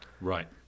Right